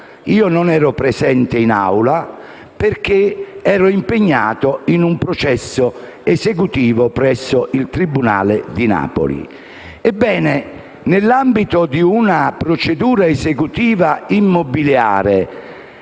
io non ero presente in Aula perché ero impegnato in un processo esecutivo presso il tribunale di Napoli. Ebbene, nell'ambito di una procedura esecutiva immobiliare